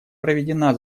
проведена